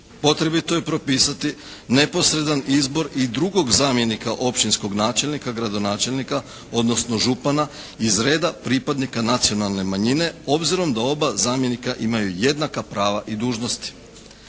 potrebito je propisati neposredan izbor i drugog zamjenika općinskog načelnika, gradonačelnika, odnosno župana iz reda pripadnika nacionalne manjine obzirom da oba zamjenika imaju jednaka prava i dužnosti.